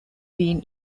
been